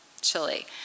Chile